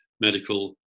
medical